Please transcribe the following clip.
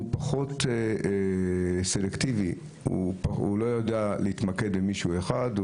הוא פחות סלקטיבי ולא יודע להתמקד במישהו אחד,